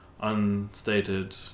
Unstated